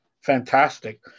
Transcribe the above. fantastic